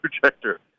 projector